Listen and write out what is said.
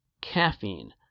caffeine